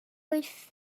wyth